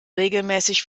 regelmäßig